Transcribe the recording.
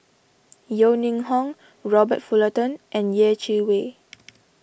Yeo Ning Hong Robert Fullerton and Yeh Chi Wei